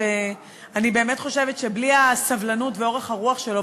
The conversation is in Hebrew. שאני באמת חושבת שבלי הסבלנות ואורך הרוח שלו,